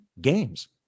games